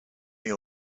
late